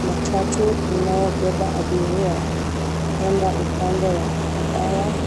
matatu inayobeba abiria kuenda upande wa Othaya